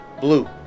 Blue